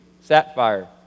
sapphire